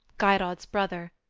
geirrod's brother.